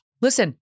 Listen